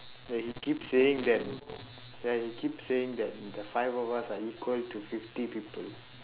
ya he keep saying that ya he keep saying that the five of us are equal to fifty people